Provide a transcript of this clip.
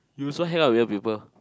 you also hang out with weird people